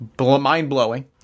mind-blowing